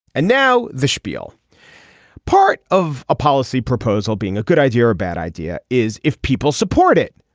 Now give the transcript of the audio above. and now the spiel part of a policy proposal being a good idea or a bad idea is if people support it.